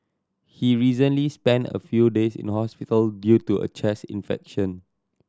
he recently spent a few days in hospital due to a chest infection